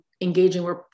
engaging